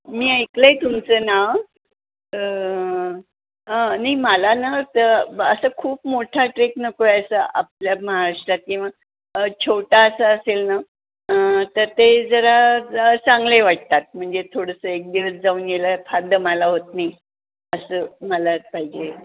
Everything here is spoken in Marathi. मी ऐकलं आहे तुमचं नाव अ नाही मला ना असं खूप मोठा ट्रेक नको आहे असा आपल्या महाराष्ट्रात किंवा छोटा असा असेल ना तर ते जरा चांगले वाटतात म्हणजे थोडंसं एक दिवस जाऊन यायला फार दमायला होत नाही असं मला पाहिजे